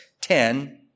ten